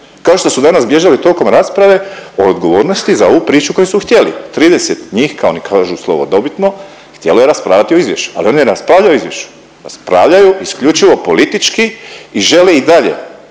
kao što danas bježali tokom rasprave od odgovornosti za ovu priču koju su htjeli. 30 njih oni kažu slavodobitno htjelo je raspravljati o izvješću, al jel oni raspravljaju o izvješću, raspravljaju isključivo politički i žele i dalje